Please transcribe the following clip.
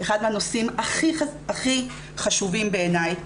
אחד מהנושאים הכי חשובים בעיני,